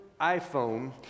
iPhone